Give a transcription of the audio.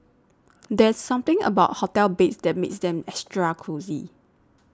there's something about hotel beds that makes them extra cosy